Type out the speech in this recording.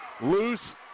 Loose